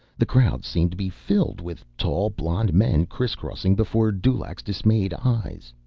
the crowd seemed to be filled with tall, blond men crisscrossing before dulaq's dismayed eyes.